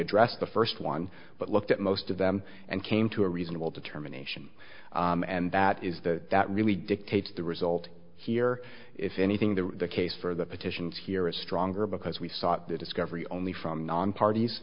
addressed the first one but looked at most of them and came to a reasonable determination and that is the that really dictates the result here if anything the case for the petitions here is stronger because we sought the discovery only from non parties